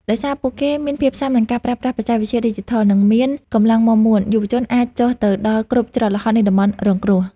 ដោយសារពួកគេមានភាពស៊ាំនឹងការប្រើប្រាស់បច្ចេកវិទ្យាឌីជីថល និងមានកម្លាំងមាំមួន យុវជនអាចចុះទៅដល់គ្រប់ច្រកល្ហកនៃតំបន់រងគ្រោះ។